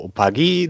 pagi